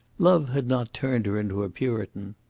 love had not turned her into a puritan.